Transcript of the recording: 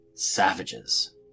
savages